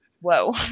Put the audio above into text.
whoa